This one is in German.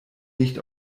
nicht